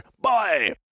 Bye